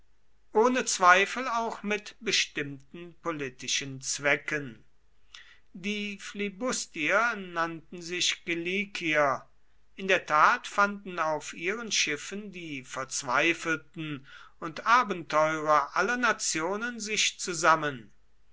ohne zweifel auch mit bestimmten politischen zwecken die flibustier nannten sich kiliker in der tat fanden auf ihren schiffen die verzweifelten und abenteurer aller nationen sich zusammen